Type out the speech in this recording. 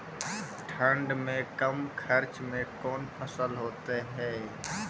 ठंड मे कम खर्च मे कौन फसल होते हैं?